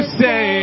say